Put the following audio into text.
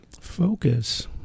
Focus